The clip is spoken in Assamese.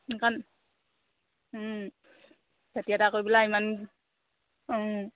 খেতি এটা কৰিবলৈ ইমান